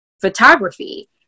photography